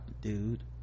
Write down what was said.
dude